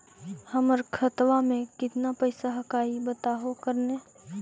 हमर खतवा में पैसा कितना हकाई बताहो करने?